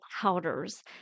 powders